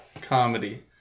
comedy